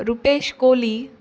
Rupesh Kohli